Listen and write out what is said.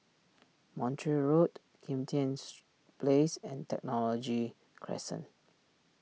Montreal Road Kim Tian's Place and Technology Crescent